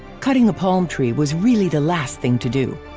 cutting a palm tree was really the last thing to do!